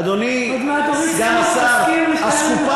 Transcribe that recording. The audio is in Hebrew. עוד מעט אורית סטרוק תסכים לשתי